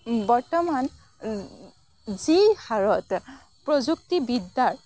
বৰ্তমান যি হাৰত প্ৰযুক্তিবিদ্যাৰ